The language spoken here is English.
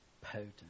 potent